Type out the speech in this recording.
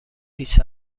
هیچ